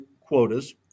quotas